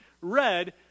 read